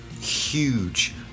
huge